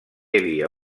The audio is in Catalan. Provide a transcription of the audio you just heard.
havia